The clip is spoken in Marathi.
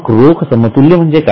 रोख समतुल्य म्हणजे काय